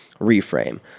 reframe